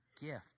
gift